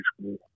school